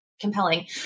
compelling